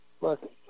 Look